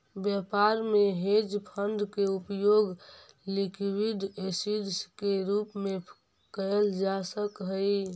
व्यापार में hedge fund के उपयोग लिक्विड एसिड के रूप में कैल जा सक हई